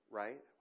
right